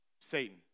Satan